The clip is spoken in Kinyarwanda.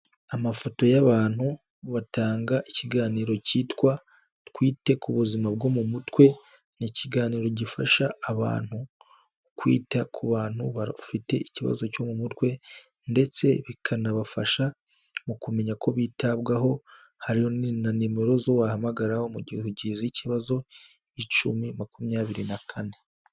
Amafoto y'abantu batanga ikiganiro cyitwa twite ku buzima bwo mu mutwe, ni ikiganiro gifasha abantu kwita ku bantu bafite ikibazo cyo mu mutwe ndetse bikanabafasha mu kumenya ko bitabwaho, hariho na nimero zo wahamagara mu gihe ugize ikibazo, icumi makumyabiri na kane.